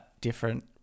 different